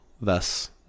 Thus